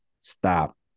stop